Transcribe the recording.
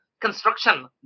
construction